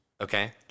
Okay